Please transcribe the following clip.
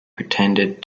pretended